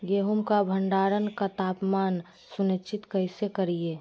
गेहूं का भंडारण का तापमान सुनिश्चित कैसे करिये?